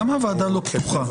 למה הוועדה לא פתוחה?